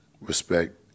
respect